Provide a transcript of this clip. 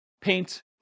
paint